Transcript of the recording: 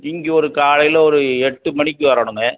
இங்கே ஒரு காலையில் ஒரு எட்டு மணிக்கு வரணும்ங்க